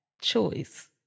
choice